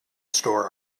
store